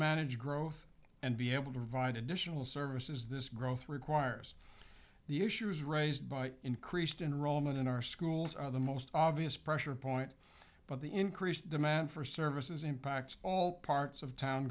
manage growth and be able to provide additional services this growth requires the issues raised by increased in rome and in our schools are the most obvious pressure point but the increased demand for services impacts all parts of town